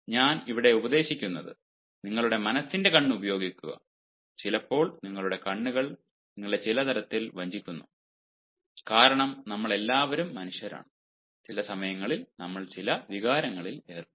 ഞാൻ ഇവിടെ ഉപദേശിക്കുന്നത് നിങ്ങളുടെ മനസ്സിന്റെ കണ്ണ് ഉപയോഗിക്കുക ചിലപ്പോൾ നിങ്ങളുടെ കണ്ണുകൾ നിങ്ങളെ പല തരത്തിൽ വഞ്ചിക്കുന്നു കാരണം നമ്മളെല്ലാവരും മനുഷ്യരാണ് ചില സമയങ്ങളിൽ നമ്മൾ ചില വികാരങ്ങളിൽ ഏർപ്പെടുന്നു